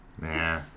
Nah